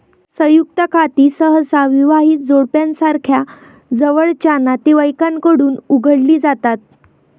संयुक्त खाती सहसा विवाहित जोडप्यासारख्या जवळच्या नातेवाईकांकडून उघडली जातात